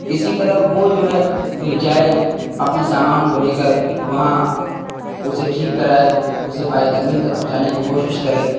اسی طرح وہ جو ہے فر جائے اپنے سامان کو لے کر وہاں اسے ٹھیک کرائے اسے پایۂ تکمیل تک پہنچانے کی کوشش کرے